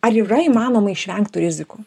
ar yra įmanoma išvengt tų rizikų